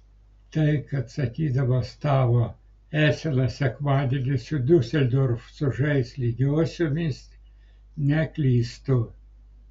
tai kad sakydamas tavo esenas sekmadienį su diuseldorfu sužais lygiosiomis neklystu